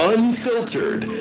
Unfiltered